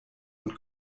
und